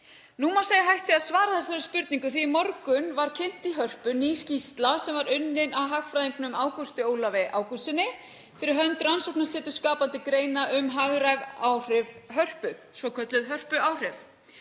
Nú má segja að hægt sé að svara þessari spurningu því í morgun var kynnt í Hörpu ný skýrsla sem var unnin af hagfræðingnum Ágústi Ólafi Ágústssyni fyrir hönd Rannsóknarseturs skapandi greina, um hagræn áhrif Hörpu, svokölluð Hörpuáhrif.